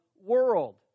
world